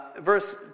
verse